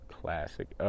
classic